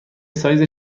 سایز